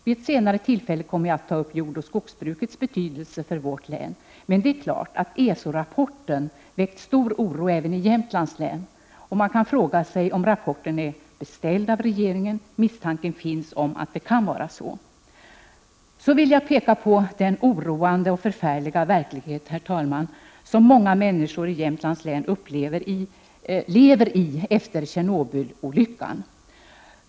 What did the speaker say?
Vid ett senare tillfälle kommer jag att ta upp jordoch skogsbrukets betydelse för vårt län. Det är klart att ESO-rapporten har väckt stor oro även i Jämtlands län. Man kan fråga sig om rapporten är beställd av regeringen. Misstanken finns att det kan vara så. Sedan vill jag peka på den oroande, förfärliga verklighet, herr talman, som många människor i Jämtlands län efter Tjernobylolyckan lever i.